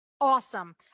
awesome